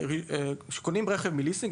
כשקונים רכב מליסינג,